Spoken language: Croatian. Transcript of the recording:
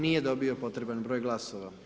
Nije dobio potrebni broj glasova.